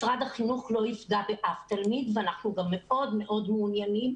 משרד החינוך לא יפגע באף תלמיד ואנחנו גם מאוד מאוד מעוניינים,